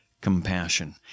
compassion